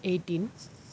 eighteen